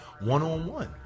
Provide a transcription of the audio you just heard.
one-on-one